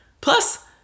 Plus